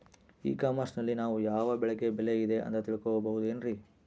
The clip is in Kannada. ಇ ಕಾಮರ್ಸ್ ನಲ್ಲಿ ನಾವು ಯಾವ ಬೆಳೆಗೆ ಬೆಲೆ ಇದೆ ಅಂತ ತಿಳ್ಕೋ ಬಹುದೇನ್ರಿ?